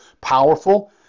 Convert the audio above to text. powerful